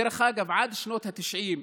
דרך אגב, עד שנות התשעים,